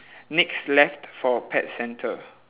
next left for pet centre